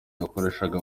yakoreshaga